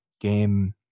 game